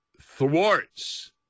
thwarts